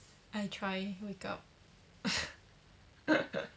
I try wake up